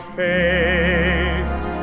face